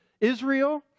Israel